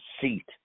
seat